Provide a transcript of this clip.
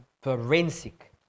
forensic